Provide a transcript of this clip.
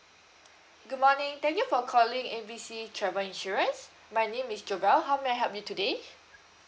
good morning thank you for calling A B C travel insurance my name is jobelle how may I help you today